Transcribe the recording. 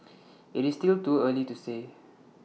IT is still too early to say